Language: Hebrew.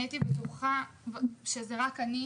הייתי בטוחה שמדובר רק בי,